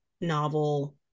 novel